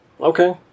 Okay